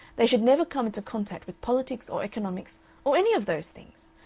they should never come into contact with politics or economics or any of those things.